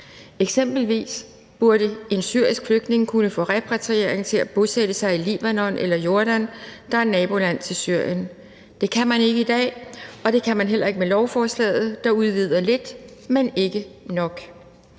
Eksempelvis burde en syrisk flygtning kunne få repatriering til at bosætte sig i Libanon eller Jordan, og det er nabolande til Syrien. Det kan man ikke i dag, og det kan man heller ikke med lovforslaget, der udvider det lidt, men ikke nok.